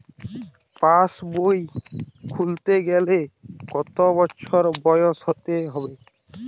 পাশবই খুলতে গেলে কত বছর বয়স হতে হবে?